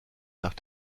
nach